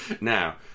Now